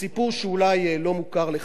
אני רק אסיים בסיפור שאולי לא מוכר לך,